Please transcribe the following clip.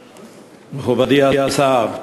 תודה, מכובדי השר,